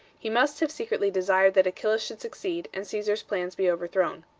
he must have secretly desired that achillas should succeed and caesar's plans be overthrown.